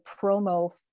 promo